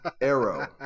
Arrow